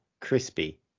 crispy